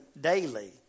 daily